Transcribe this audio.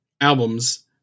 Albums